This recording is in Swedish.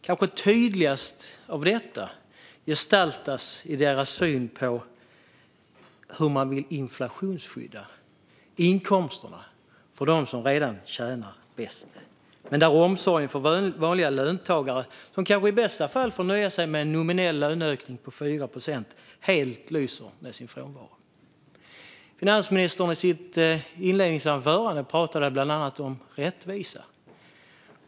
Kanske gestaltas detta tydligast i deras syn på hur man vill inflationsskydda inkomsterna för dem som redan tjänar bäst men där omsorgen om vanliga löntagare, som kanske i bästa fall får nöja sig med en nominell löneökning på 4 procent, helt lyser med sin frånvaro. Finansministern pratade i sitt inledningsanförande bland annat om rättvisa.